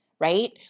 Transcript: right